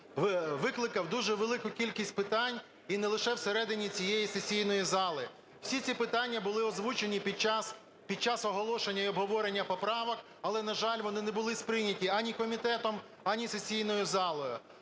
викликав дуже велику кількість питань і не лише всередині цієї сесійної зали. Всі ці питання були озвучені під час оголошення і обговорення поправок, але, на жаль, вони не були сприйняті ані комітетом, ані сесійною залою.